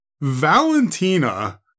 Valentina